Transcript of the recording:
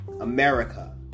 America